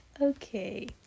okay